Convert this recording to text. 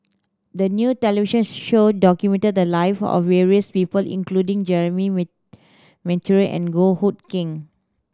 the new televisions show documented the life of various people including Jeremy Monteiro and Goh Hood Keng